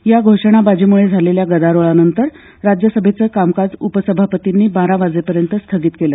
या घोषणाबाजीमुळे झालेल्या गदारोळानंतर राज्यसभेचं कामकाज उपसभापतींनी बारा वाजेपर्यंत स्थगित केलं